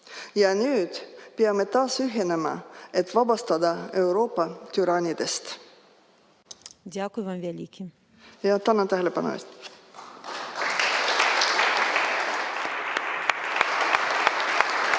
Ja nüüd peame taas ühinema, et vabastada Euroopa türannidest. Tänan tähelepanu